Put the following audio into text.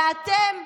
ואתם,